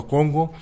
Congo